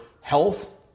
health